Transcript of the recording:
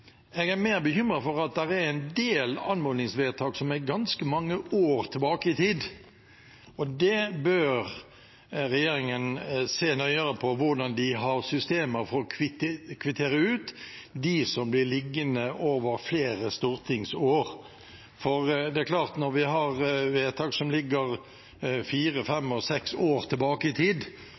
jeg er mer bekymret for at det er en del anmodningsvedtak som ligger ganske mange år tilbake i tid. Regjeringen bør se nøyere på hvordan de har systemer for å kvittere ut dem som blir liggende over flere stortingsår. For det er klart at når vi har vedtak som ligger fire, fem og seks år tilbake i tid,